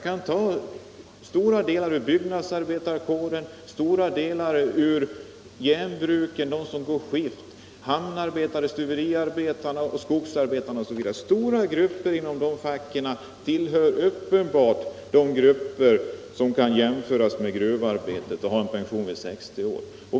Det gäller byggnadsarbetarkåren, de som arbetar i skift vid järnbruken, hamnarbetarna, stuveriarbetarna, skogsarbetarna osv. Stora grupper inom de facken kan uppenbart jämföras med gruvarbetarna och bör ha pension vid 60 år.